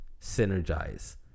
synergize